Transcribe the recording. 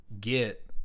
get